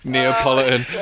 Neapolitan